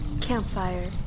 Campfire